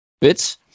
bits